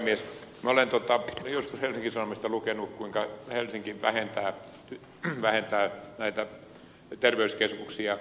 olen joskus helsingin sanomista lukenut kuinka helsinki vähentää terveyskeskuksia